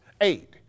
eight